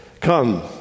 Come